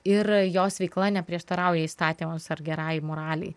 ir jos veikla neprieštarauja įstatymams ar gerai moralei